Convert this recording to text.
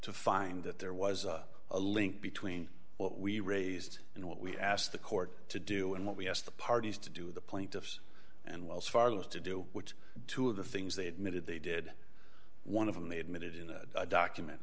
to find that there was a link between what we raised and what we asked the court to do and what we asked the parties to do the plaintiffs and wells fargo's to do which two of the things they admitted they did one of them they admitted in a